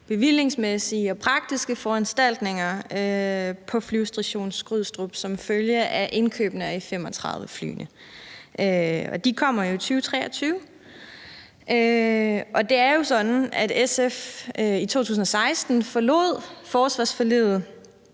bevillingsmæssige og praktiske foranstaltninger på Flyvestation Skrydstrup som følge af indkøbene af F-35-flyene, som kommer i 2023. Og det er jo sådan, at SF i 2016 forlod forsvarsforliget,